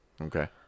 Okay